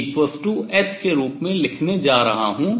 2h के रूप में लिखने जा रहा हूँ